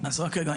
אז רק רגע,